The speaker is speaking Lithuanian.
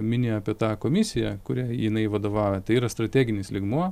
mini apie tą komisiją kuriai jinai vadovauja tai yra strateginis lygmuo